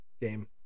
game